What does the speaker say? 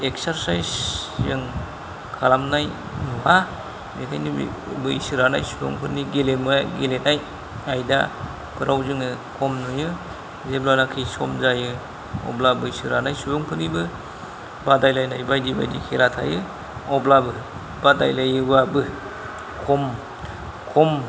exercise जों खालामनाय नुवा बेखायनो बेफोरखौ बैसो रानाय सुबुंफोरनि गेलेनाय गेलेनाय आयदाफोराव जोङो खम नुयो जेब्लानाखि सम जायो अब्ला बैसो रानाय सुबुंफोरनिबो बादायलायनाय बायदि बायदि खेला थायो अब्लाबो बादायलायोब्लाबो खम खम